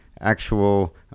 actual